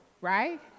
right